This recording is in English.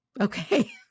okay